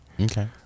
Okay